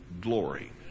glory